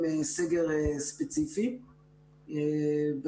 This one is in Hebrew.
תיירות ופיתוח כלכלי בהיקפים מסוימים ואנחנו